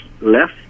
left